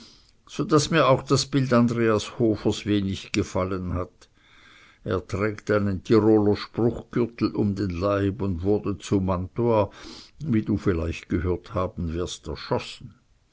so daß mir auch das bildnis andreas hofers wenig gefallen hat er trägt einen tiroler spruchgürtel um den leib und wurde zu mantua wie du vielleicht gehört haben wirst erschossen